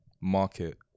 market